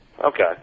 Okay